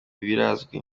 birazwi